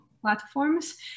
platforms